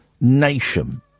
nation